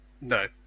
No